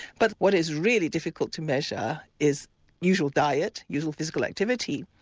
but what is really difficult to measure is usual diet, usual physical activity.